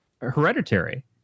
Hereditary